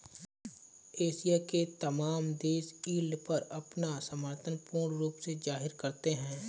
Asia के तमाम देश यील्ड पर अपना समर्थन पूर्ण रूप से जाहिर करते हैं